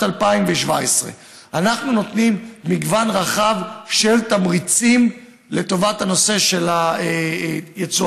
2017. אנחנו נותנים מגוון רחב של תמריצים לטובת הנושא של היצואנים.